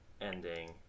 ending